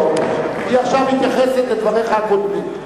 היא עכשיו מתייחסת לדבריך הקודמים.